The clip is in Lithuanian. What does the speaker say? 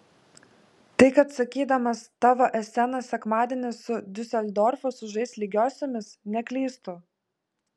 tai kad sakydamas tavo esenas sekmadienį su diuseldorfu sužais lygiosiomis neklystu